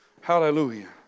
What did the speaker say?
Hallelujah